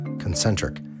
Concentric